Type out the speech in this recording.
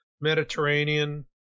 Mediterranean